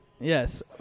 yes